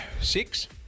six